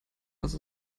was